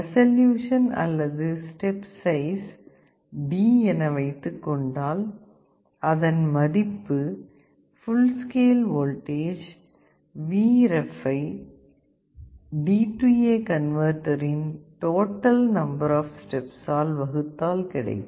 resolution அல்லது step size D என வைத்துக்கொண்டால் அதன் மதிப்பு ஃபுல் ஸ்கேல் வோல்டேஜ் Vref ஐ DA கன்வர்ட்டரின் டோட்டல் நம்பர் ஆப் ஸ்டெப்சால் வகுத்தால் கிடைக்கும்